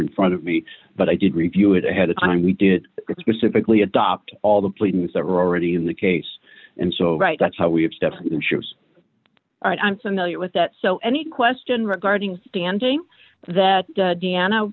in front of me but i did review it ahead of time we did specifically adopt all the pleadings that were already in the case and so right that's how we have stepped in shoes and i'm familiar with that so any question regarding standing that d'anna